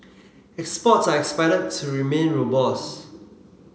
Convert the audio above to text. exports are expected to remain robust